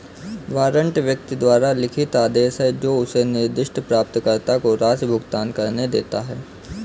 warrant व्यक्ति द्वारा लिखित आदेश है जो उसे निर्दिष्ट प्राप्तकर्ता को राशि भुगतान करने देता है